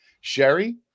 Sherry